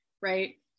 right